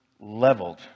leveled